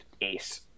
ace